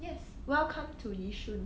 yes welcome to yishun